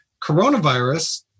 Coronavirus